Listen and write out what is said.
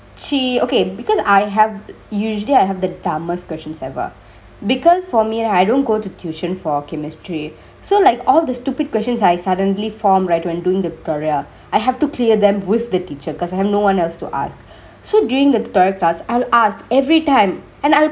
she okay because I have usually I have the dumbest question ever because for me right I don't go to tuition for chemistry so like all the stupid questions I suddenly form right when doingk the tutorial I have to clear them with the teacher cause I have no one else to ask so duringk the tutorial class I'll ask every time and I'll